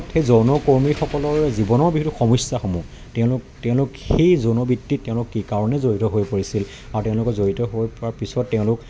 সেই যৌনকৰ্মীসকলৰ জীৱনৰ বিভিন্ন সমস্যাসমূহ তেওঁলোক তেওঁলোক সেই যৌন বৃত্তিত তেওঁলোক কি কাৰণে জড়িত হৈ পৰিছিল আৰু তেওঁলোকে জড়িত হৈ পৰাৰ পিছত তেওঁলোক